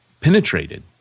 penetrated